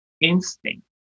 instinct